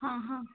हां हां